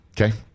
Okay